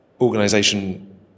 organization